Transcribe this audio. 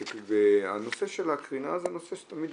הנושא של הקרינה זה נושא שתמיד,